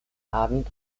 abend